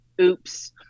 oops